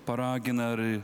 paragina ar